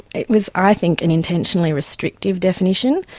it was, i think, an intentionally restrictive definition,